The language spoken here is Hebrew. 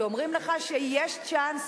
שאומרים לך שיש צ'אנס.